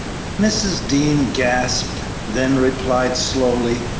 mrs. dean gasped, then replied, slowly,